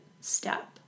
step